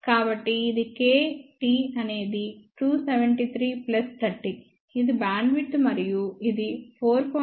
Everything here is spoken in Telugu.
కాబట్టి ఇది k T అనేది 273 ప్లస్ 30 ఇది బ్యాండ్విడ్త్ మరియు ఇది 4